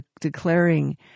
declaring